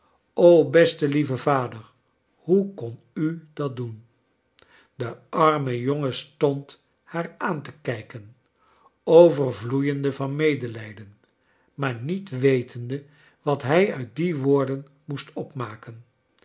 o beste lieve vader hoe kon u dat doen de arme jongen stond haar aan te kijken overvloeiende van medelfjden maar niet wetende wat hij ui die woorden moest opmaken